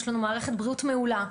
יש לנו מערכת בריאות מעולה,